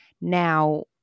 Now